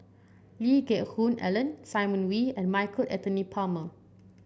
Lee Geck Hoon Ellen Simon Wee and Michael Anthony Palmer